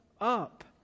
up